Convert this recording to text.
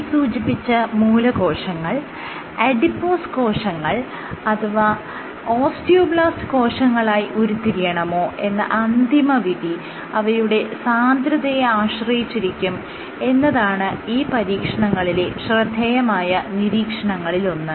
മേൽ സൂചിപ്പിച്ച മൂലകോശങ്ങൾ അഡിപോസ് കോശങ്ങൾ അഥവാ ഓസ്റ്റിയോബ്ലാസ്റ്റ് കോശങ്ങളായി ഉരുത്തിരിയണമോ എന്ന അന്തിമവിധി അവയുടെ "സാന്ദ്രത"യെ ആശ്രയിച്ചിരിക്കും എന്നതാണ് ഈ പരീക്ഷണങ്ങളിലെ ശ്രദ്ധേയമായ നിരീക്ഷണങ്ങളിൽ ഒന്ന്